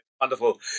wonderful